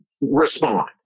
respond